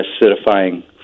acidifying